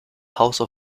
house